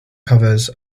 covers